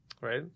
right